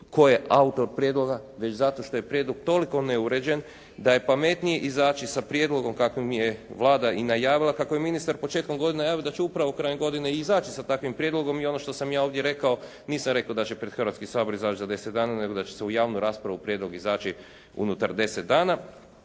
tko je autor prijedloga već zato što je prijedlog toliko neuređen da je pametnije izaći sa prijedlogom kakav je Vlada i najavila, kako je ministar početkom godine i najavio da će upravo krajem godine izaći sa takvim prijedlogom. I ono što sam ja ovdje rekao, nisam rekao da će pred Hrvatski sabor izaći za deset dana nego da će se u javnu raspravu prijedlog izaći unutar deset dana